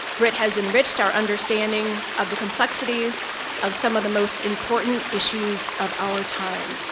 brit has enriched our understanding of the complexities of some of the most important issues of our time